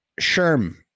Sherm